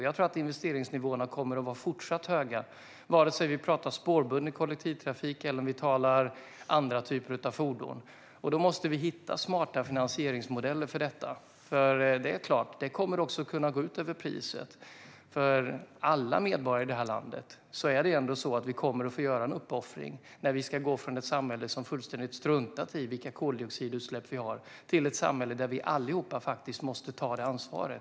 Jag tror att investeringsnivåerna kommer att vara fortsatt höga, oavsett om vi pratar om spårbunden kollektivtrafik eller andra typer av fordon. Vi måste hitta smarta finansieringsmodeller för detta, och det är klart att det kan gå ut över priset. Alla medborgare i det här landet kommer att få göra en uppoffring när vi ska gå från ett samhälle som fullständigt har struntat i vilka koldioxidutsläpp vi har till ett samhälle där vi alla måste ta ansvar.